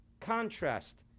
contrast